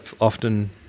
often